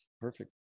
Perfect